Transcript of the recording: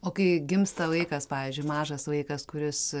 o kai gimsta vaikas pavyzdžiui mažas vaikas kuris